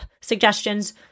suggestions